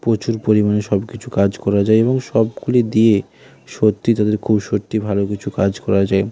প্রচুর পরিমাণে সব কিছু কাজ করা যায় এবং সবগুলি দিয়ে সত্যি তাদের খুব সত্যিই ভালো কিছু কাজ করা যায়